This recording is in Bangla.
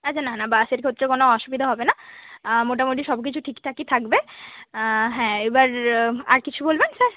আচ্ছা না না বাসে কোনো অসুবিধা হবে না মোটামুটি সব কিছু ঠিকঠাকই থাকবে হ্যাঁ এবার আর কিছু বলবেন স্যার